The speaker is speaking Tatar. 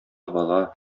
бала